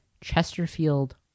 chesterfield